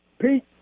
Pete